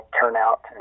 turnout